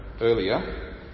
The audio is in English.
earlier